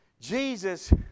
Jesus